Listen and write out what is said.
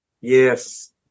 Yes